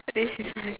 this is